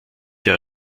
der